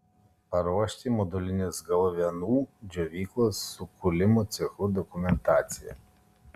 paruošti modulinės galvenų džiovyklos su kūlimo cechu dokumentaciją